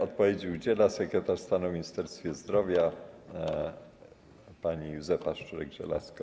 Odpowiedzi udziela sekretarz stanu w Ministerstwie Zdrowia pani Józefa Szczurek-Żelazko.